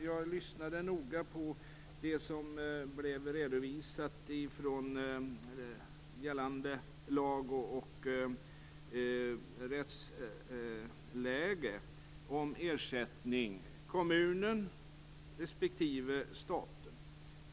Jag lyssnade noga på det som redovisades från gällande lag och rättsläge om ersättning när det gäller kommunen respektive staten.